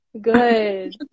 Good